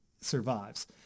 survives